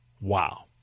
Wow